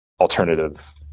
alternative